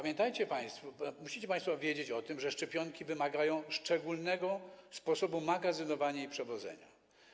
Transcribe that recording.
Musicie państwo wiedzieć o tym, że szczepionki wymagają szczególnego sposobu magazynowania i przewożenia.